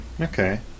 Okay